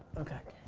okay.